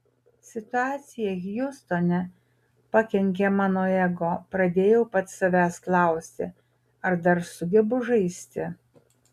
situacija hjustone pakenkė mano ego pradėjau pats savęs klausti ar dar sugebu žaisti